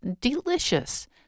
Delicious